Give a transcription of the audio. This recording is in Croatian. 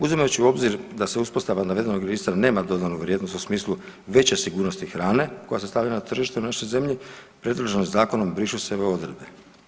Uzimajući u obzir da se uspostava navedenog registra nema dodanu vrijednost u smislu veće sigurnosti hrane koja se stavlja na tržište u našoj zemlji, predloženim zakonom brišu se ove odredbe.